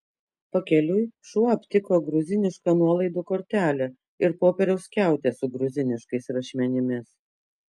pakeliui šuo aptiko gruzinišką nuolaidų kortelę ir popieriaus skiautę su gruziniškais rašmenimis